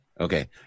okay